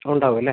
ഉണ്ടാവും അല്ലേ